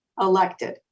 elected